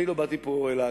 אני לא באתי פה להגן,